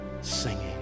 singing